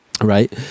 Right